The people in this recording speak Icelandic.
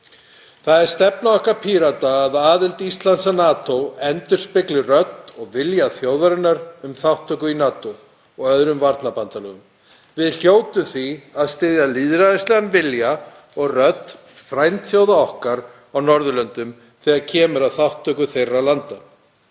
Það er stefna okkar Pírata að aðild Íslands að NATO endurspegli rödd og vilja þjóðarinnar um þátttöku í NATO og öðrum varnarbandalögum. Við hljótum því að styðja lýðræðislegan vilja og rödd frændþjóða okkar á Norðurlöndum þegar kemur að þátttöku þeirra landa.